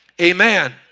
amen